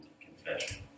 confession